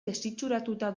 desitxuratuta